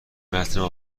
متن